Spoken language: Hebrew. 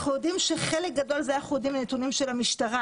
אנחנו יודעים שחלק גדול זה אנחנו יודעים מהנתונים של המשטרה